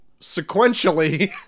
sequentially